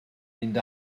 mynd